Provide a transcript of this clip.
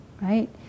right